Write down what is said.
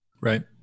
Right